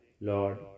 Lord